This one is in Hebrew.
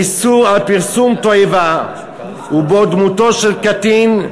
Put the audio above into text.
איסור על פרסום תועבה ובו דמותו של קטין,